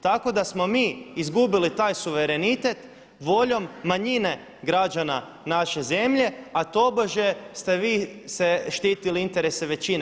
Tako da smo mi izgubili taj suverenitet voljom manjine građana naše zemlje, a tobože ste vi štitili interese većine.